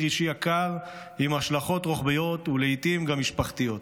אישי יקר עם השלכות רוחביות ולעיתים גם משפחתיות.